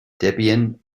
debian